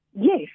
yes